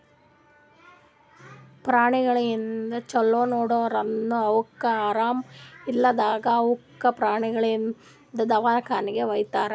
ಪ್ರಾಣಿಗೊಳಿಗ್ ಛಲೋ ನೋಡ್ಕೊಂಡುರನು ಅವುಕ್ ಆರಾಮ ಇರ್ಲಾರ್ದಾಗ್ ಅವುಕ ಪ್ರಾಣಿಗೊಳ್ದು ದವಾಖಾನಿಗಿ ವೈತಾರ್